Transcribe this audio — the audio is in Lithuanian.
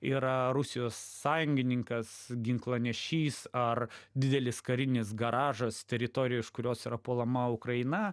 yra rusijos sąjungininkas ginklanešys ar didelis karinis garažas teritorija iš kurios yra puolama ukraina